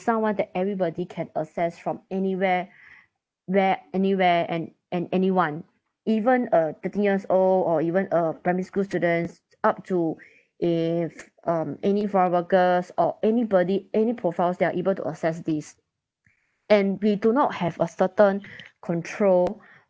someone that everybody can access from anywhere where anywhere and and anyone even a thirteen years old or even a primary school students up to if um any foreign workers or anybody any profiles they are able to assess this and we do not have a certain control